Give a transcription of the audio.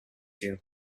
you